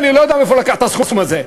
אני לא יודע מאיפה לקח את הסכום הזה.